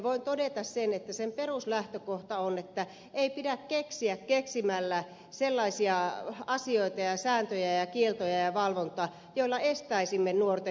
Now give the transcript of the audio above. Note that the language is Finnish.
voin todeta sen että sen peruslähtökohta on että ei pidä keksiä keksimällä sellaisia asioita ja sääntöjä ja kieltoja ja valvontaa joilla estäisimme nuorten liikkumisen